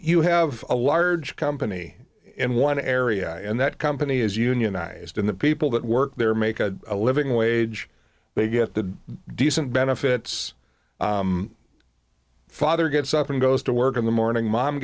you have a large company in one area and that company is unionized and the people that work there make a living wage they get the decent benefits father gets up and goes to work in the morning mom